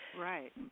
Right